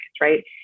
right